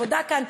כבודה כאן,